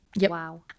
wow